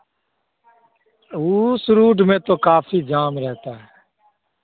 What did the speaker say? उस रूट में तो काफ़ी जाम रहता है